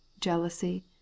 jealousy